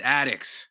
addicts